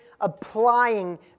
applying